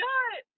God